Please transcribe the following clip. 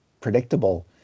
predictable